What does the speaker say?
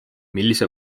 millise